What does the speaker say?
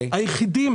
היחידים